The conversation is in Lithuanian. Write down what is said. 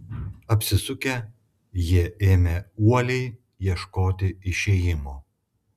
apsisukę jie ėmė uoliai ieškoti išėjimo